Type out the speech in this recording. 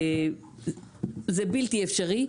זה בלתי אפשרי.